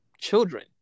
children